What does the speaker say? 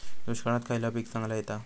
दुष्काळात खयला पीक चांगला येता?